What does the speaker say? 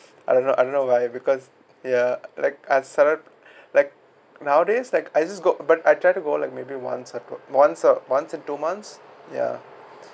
I don't know I don't know why because ya like I started like nowadays like I just go but I try to go like maybe once uh once uh once in two months ya